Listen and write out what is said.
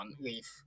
leave